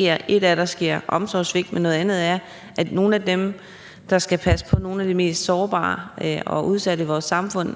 er, at der sker omsorgssvigt, men noget andet er, at nogle af dem, der skal passe på nogle af de mest sårbare og udsatte i vores samfund,